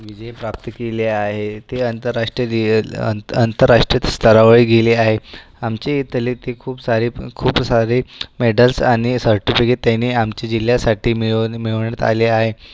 विजय प्राप्त केले आहे ते आंतराष्ट्रीय अंत आंतराष्ट्रीय स्तरावर गेले आहे आमचे इथले ते खूप खूप सारे खूप सारे मेडल्स आणि सर्टिफिकेट त्यांनी आमच्या जिल्ह्यासाठी मिळवणे मिळवण्यात आले आहे